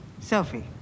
Sophie